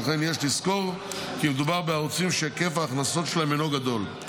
שכן יש לזכור שמדובר בערוצים שהיקף ההכנסות שלהם אינו גדול.